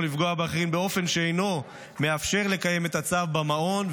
לפגוע באחרים באופן שאינו מאפשר לקיים את הצו במעון.